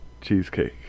cheesecake